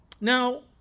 Now